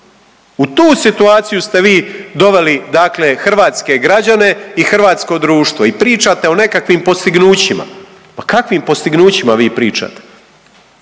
U tu situaciju ste vi doveli dakle hrvatske građane i hrvatsko društvo i pričate o nekakvim postignućima. Ma kakvim postignućima vi pričate?